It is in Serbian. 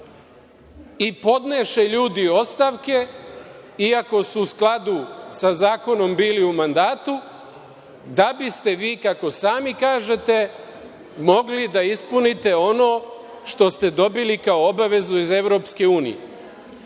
i podneše ljudi ostavke, iako su u skladu sa zakonom bili u mandatu da biste vi, kako sami kažete, mogli da ispunite ono što ste dobili kao obavezu iz EU.